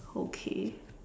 okay